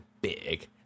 big